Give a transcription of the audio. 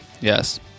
yes